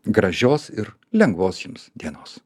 gražios ir lengvos jums dienos